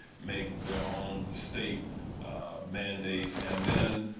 make their own state. a man days and then.